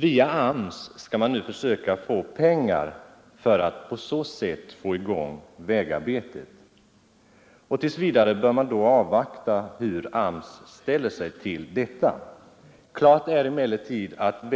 Via AMS skall man nu försöka få pengar för att kunna sätta i gång vägarbetet. Tills vidare bör man då avvakta hur AMS ställer sig. Klart är emellertid att